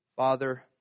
Father